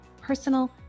personal